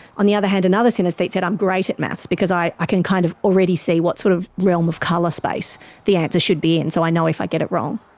on the other hand another synaesthete said, i'm great at maths because i i can kind of already see what sort of realm of colour space the answer should be in, so i know if i get it wrong.